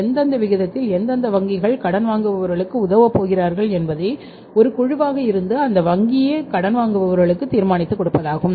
எந்தெந்த விதத்தில் எந்தந்த வங்கிகள் கடன் வாங்குவதற்கு உதவ போகிறார்கள் என்பதை ஒரு குழுவாக இருந்து அந்த வங்கியே கடன் வாங்குபவருக்கு தீர்மானித்து கொடுப்பதாகும்